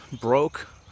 broke